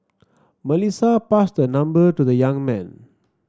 Melissa passed her number to the young man